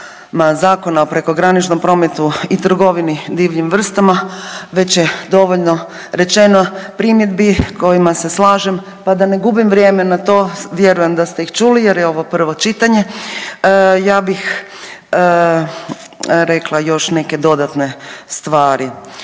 Zakona o prekograničnom prometu i trgovini divljim vrstama već je dovoljno rečeno primjedbi s kojima se slažem pa da ne gubim vrijeme na to, vjerujem da ste ih čuli jer je ovo prvo čitanje ja bih rekla još neke dodatne stvari.